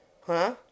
Huh